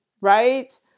right